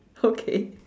okay